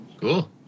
cool